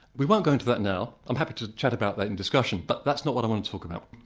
we won't go into that now, i'm happy to chat about that in discussion, but that's not what i want to talk about.